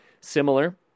similar